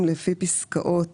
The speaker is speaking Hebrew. אני מבקש שההסכמות